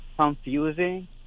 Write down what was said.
confusing